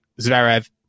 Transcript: Zverev